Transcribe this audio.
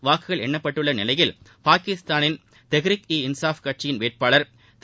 வாக்குகள் எண்ணப்பட்டுள்ள நிலையில் பாகிஸ்தான் தெஹரிக் இ இன்சாஃப் கட்சியின் வேட்பாளர் திரு